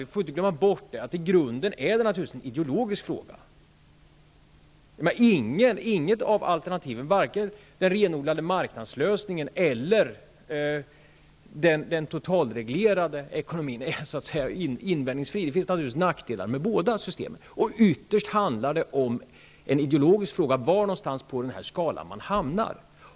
Vi får inte glömma bort att detta i grunden är en ideologisk fråga. Inget av alternativen, vare sig den renodlade marknadslösningen eller den totalreglerade ekonomin, är invändningsfritt. Det finns naturligtvis nackdelar i båda systemen. Men ytterst är det en ideologisk fråga var någonstans på denna skala man hamnar.